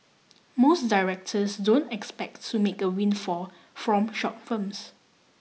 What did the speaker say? most directors don't expect to make a windfall from short films